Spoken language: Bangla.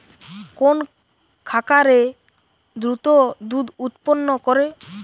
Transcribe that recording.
কোন খাকারে দ্রুত দুধ উৎপন্ন করে?